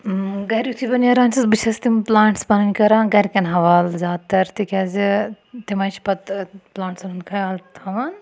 گَرِ یُتھُے بہٕ نیران چھَس بہٕ چھَس تِم پٕلانٛٹٕس پَنٕنۍ کَران گَرِکٮ۪ن حوالہ زیادٕتر تِکیٛازِ تِمَے چھِ پَتہٕ پٕلانٛٹسَن ہُنٛد خیال تھاوان